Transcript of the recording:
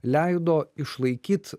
leido išlaikyti